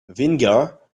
vinegar